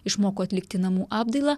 išmoko atlikti namų apdailą